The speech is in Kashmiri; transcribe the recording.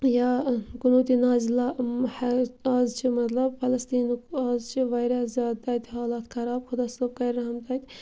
یا قنوٗتہِ نازلہ آز چھِ مَطلَب پَلَسطیٖنُک آز چھِ واریاہ زیادٕ تَتہِ حالات خَراب خۄدا صٲب کَرِ رحم تَتہِ